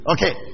Okay